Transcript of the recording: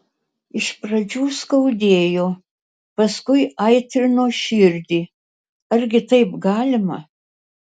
iš pradžių skaudėjo paskui aitrino širdį argi taip galima